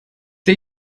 der